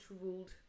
ruled